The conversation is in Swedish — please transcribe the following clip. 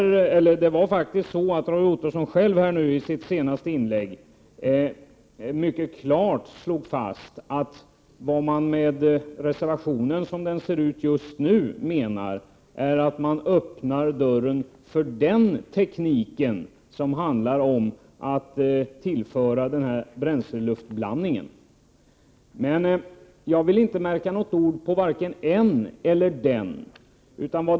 Roy Ottosson slog själv i sitt senaste inlägg mycket klart fast att det man menar med reservationen, som den ser ut just nu, är att dörren öppnas för den teknik som handlar om att tillföra en bränsleluftblandning. Jag vill inte märka ord, vare sig det gäller ”en” eller ”den”.